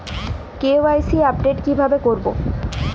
KYC update কিভাবে করবো?